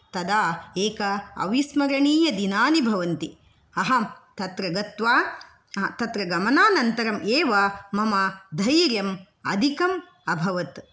तदा एक अविस्मरणियदिनानि भवन्ति अहम् तत्र गत्वा तत्र गमनानन्तरम् एव मम धैर्यम् अधिकम् अभवत्